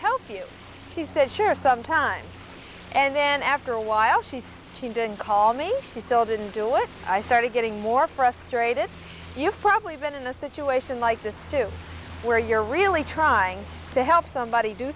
help you she said sure some time and then after a while she says she didn't call me she still didn't do it i started getting more frustrated you've probably been in the situation like this too where you're really trying to help somebody do